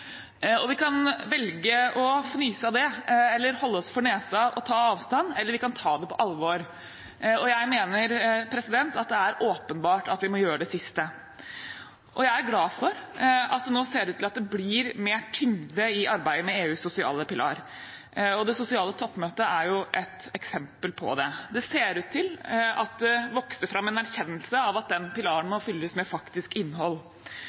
Vi kan velge å fnyse av det, holde oss for nesen og ta avstand, eller vi kan ta det på alvor. Jeg mener at det er åpenbart at vi må gjøre det siste. Jeg er glad for at det nå ser ut til at det blir mer tyngde i arbeidet med EUs sosiale pilar, og det sosiale toppmøtet er et eksempel på det. Det ser ut til at det vokser fram en erkjennelse av at den pilaren må fylles med faktisk innhold.